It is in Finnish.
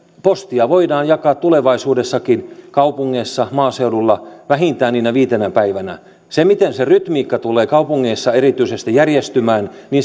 postia voidaan jakaa tulevaisuudessakin kaupungeissa ja maaseudulla vähintään niinä viitenä päivänä sen miten se rytmiikka tulee erityisesti kaupungeissa järjestymään